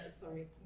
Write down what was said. Sorry